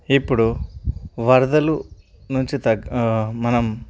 ఇప్పుడు వరదలు నుంచి తగ్గ మనం